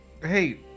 hey